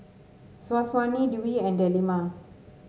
Syazwani Dwi and Delima